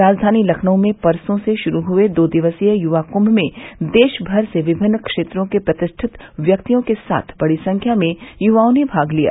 राजधानी लखनऊ में परसों से शुरू हुए दो दिवसीय युवा कुंम में देश भर से विभिन्न क्षेत्रों के प्रतिष्ठित व्यक्तियों के साथ बड़ी संख्या में युवाओं ने भाग लिया